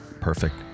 perfect